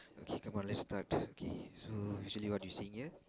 okay come on let's start okay so usually what you seeing here